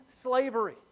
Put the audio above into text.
slavery